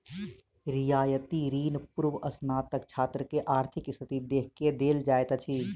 रियायती ऋण पूर्वस्नातक छात्र के आर्थिक स्थिति देख के देल जाइत अछि